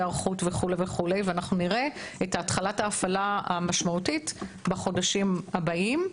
היערכות וכולי ואנחנו נראה את התחלת ההפעלה המשמעותית בחודשים הבאים.